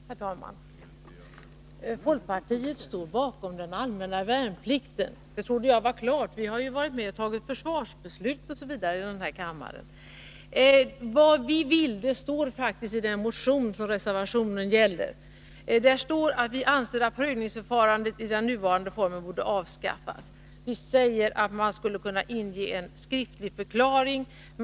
Herr talman! Folkpartiet står bakom den allmänna värnplikten. Det trodde jag var klart. Vi har ju varit med och tagit försvarsbeslut osv. här i kammaren. Vad vi vill står faktiskt i den motion som reservationen gäller. Där står att vi anser att prövningsförfarandet i dess nuvarande form borde avskaffas. Vi säger att man skall kunna inge en skriftlig förklaring.